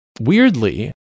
weirdly